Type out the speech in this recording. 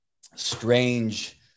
strange